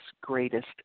greatest